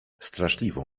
straszliwą